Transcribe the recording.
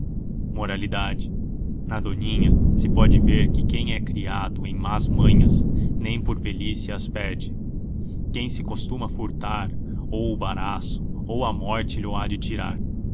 foi-se moralidade na doninha se pode ver que quem he criado em más manhas nem por doença nem por vélhi yf ce as perde quem se costuma furtar ou o baraço ou a mórtê yy lho ha de tirar